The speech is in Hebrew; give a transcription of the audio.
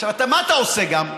עכשיו, אתה, מה אתה עושה, גם?